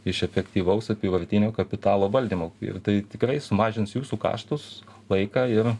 iš efektyvaus apyvartinio kapitalo valdymo ir tai tikrai sumažins jūsų kaštus laiką ir